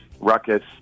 ruckus